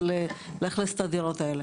לאכלס את הדירות האלה,